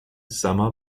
sama